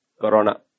Corona